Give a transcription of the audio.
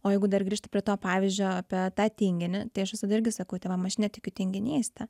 o jeigu dar grįžti prie to pavyzdžio apie tą tinginį tai aš visada irgi sakau tėvam aš netikiu tinginyste